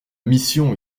mission